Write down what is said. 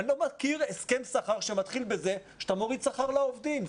אני לא מכיר הסכם שכר שמתחיל בזה שאתה מוריד שכר לעובדים.